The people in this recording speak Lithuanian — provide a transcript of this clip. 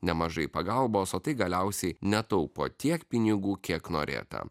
nemažai pagalbos o tai galiausiai netaupo tiek pinigų kiek norėta